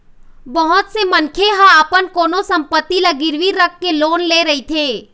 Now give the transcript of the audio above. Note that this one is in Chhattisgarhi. बहुत से मनखे ह अपन कोनो संपत्ति ल गिरवी राखके लोन ले रहिथे